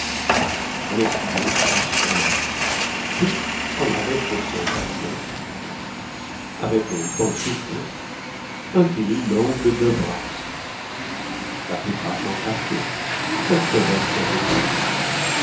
on essuyait force grimaces puis on avait pour son argent avec un bon soufflet un fil long de deux brasses la plupart s'en fâchaient mais que leur